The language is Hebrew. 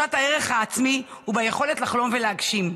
בתחושת הערך העצמי וביכולת לחלום ולהגשים.